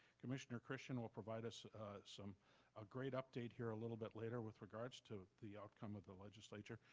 commissioner christian will provide us some ah great update here a little bit layer with regards to the outcome of the legislature.